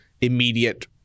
immediate